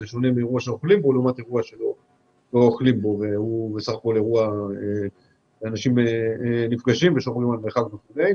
שזה שונה מאירוע שבו לא אוכלים ואנשים שומרים על מרחק וכו'.